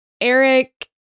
Eric